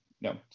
No